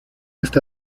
esta